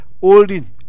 holding